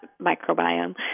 microbiome